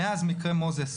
אז מקרה מוזס